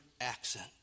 accent